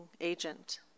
agent